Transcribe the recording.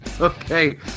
Okay